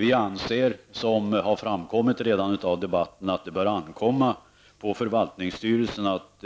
Vi anser, vilket bör ha framkommit i debatten, att det bör ankomma på förvaltningsstyrelsen att